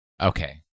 Okay